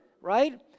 right